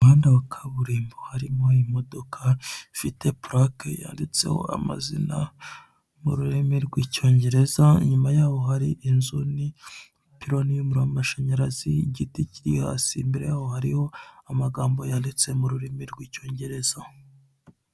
Umuhanda wa kaburimbo harimo imodoka ifite purake yanditseho amazina mu ururimi rw'icyongereza, inyuma yaho hari inzu n' ipironi y'umuriro wa amashanyarazi, igiti kiri hasi imbere yaho hari amagambo yanditse mu ururimi rw'icyongereza.